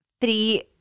three